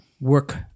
work